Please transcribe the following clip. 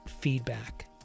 feedback